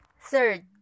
Third